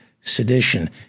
sedition